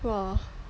!wah!